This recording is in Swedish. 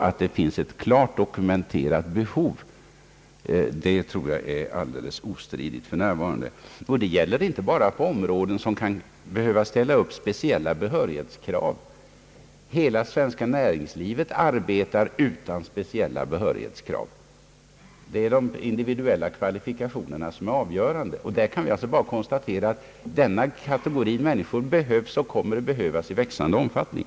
Att det finns ett klart dokumenterat behov tror jag är alldeles ostridigt. Detta gäller inte bara områden där man kan behöva ställa upp speciella behörighetskrav. Hela det svenska näringslivet arbetar utan speciella behörighetskrav. Där är det de individuella kvalifikationerna som är avgörande. Jag kan bara konstatera att människor med denna utbildning behövs och kommer att behövas i växande omfattning.